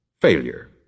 Failure